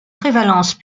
prévalence